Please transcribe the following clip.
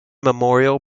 memorial